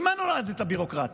ממה נולדת הביורוקרטיה?